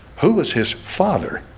who was his father